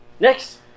Next